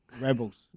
Rebels